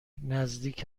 نزدیک